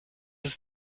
ist